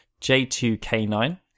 J2K9